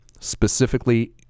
specifically